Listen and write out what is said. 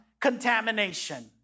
contamination